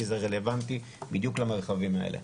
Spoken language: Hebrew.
כי זה רלוונטי בדיוק למרחבים האלה.